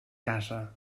casa